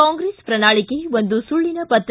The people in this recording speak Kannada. ಕಾಂಗ್ರೆಸ್ ಪ್ರಣಾಳಿಕೆ ಒಂದು ಸುಳ್ಳಿನ ಪತ್ರ